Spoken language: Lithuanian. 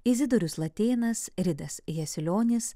izidorius latėnas ridas jasilionis